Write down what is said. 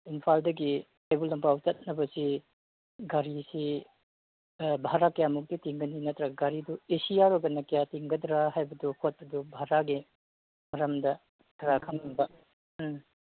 ꯏꯝꯐꯥꯜꯗꯒꯤ ꯀꯩꯕꯨꯜ ꯂꯝꯖꯥꯎ ꯆꯠꯅꯕꯁꯤ ꯒꯥꯔꯤꯁꯤ ꯚꯔꯥ ꯀꯌꯥꯃꯨꯛꯇꯤ ꯇꯤꯡꯒꯅꯤ ꯅꯠꯇ꯭ꯔꯒ ꯒꯥꯔꯤꯗꯨ ꯑꯦ ꯁꯤ ꯌꯥꯎꯔꯒꯅ ꯀꯌꯥ ꯆꯤꯡꯒꯗ꯭ꯔꯥ ꯍꯥꯏꯕꯗꯨ ꯈꯣꯠꯄꯗꯨ ꯚꯔꯥꯒꯤ ꯃꯔꯝꯗ ꯈꯔ ꯈꯪꯅꯤꯡꯕ ꯎꯝ